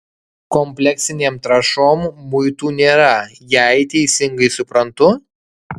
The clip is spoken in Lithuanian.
kompleksinėm trąšom muitų nėra jei teisingai suprantu